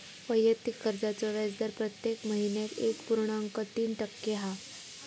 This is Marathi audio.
वैयक्तिक कर्जाचो व्याजदर प्रत्येक महिन्याक एक पुर्णांक तीन टक्के हा